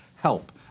help